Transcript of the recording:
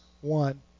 one